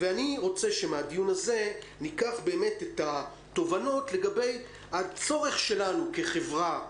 אני רוצה שמן הדיון הזה ניקח את התובנות לגבי הצורך שלנו כחברה,